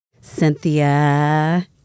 Cynthia